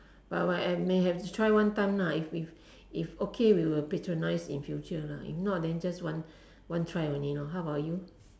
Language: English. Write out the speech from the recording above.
but I may have to try one time lah if if if okay we will patronise in future lah if not then just one try only lor how about you